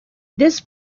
this